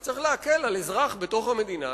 אז צריך להקל על אזרח בתוך המדינה,